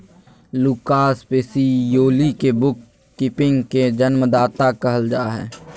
Lucas Pacioli के book keeping के जन्मदाता कहल जा हइ